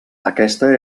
aquesta